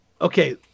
Okay